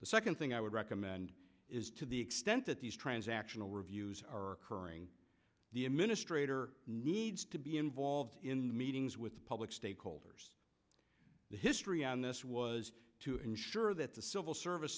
the second thing i would recommend is to the extent that these transactional reviews are occurring the administrator needs to be involved in meetings with public stakeholders the history on this was to ensure that the civil service